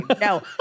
No